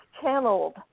channeled